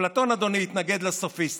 אפלטון, אדוני, התנגד לסופיסטים,